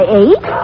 eight